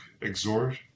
exhort